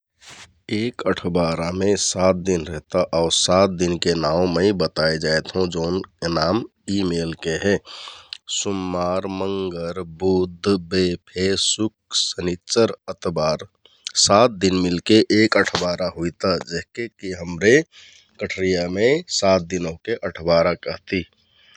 एक अठ्वारामे सात दिन रेहता आउ सात दिनके नाउँ मै बताइ जाइत हौं जौनके नाम यि मेलके हे सुम्मार, मंगर, बुध, बेफे, सुक, सनिच्चर, अतबार । सात दिन मिलके एक अठ्बारा हुइता जेहके कि हमरे कठरियामे सात दिन ओहके अठ्बारा केहति ।